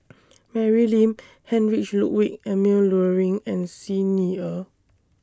Mary Lim Heinrich Ludwig Emil Luering and Xi Ni Er